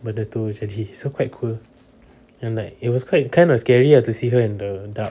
benda tu jadi so quite cool and like it was quite kind of scary ah to see her in the dark